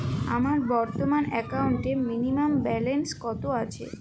আমার বর্তমান একাউন্টে মিনিমাম ব্যালেন্স কত আছে?